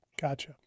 Gotcha